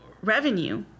revenue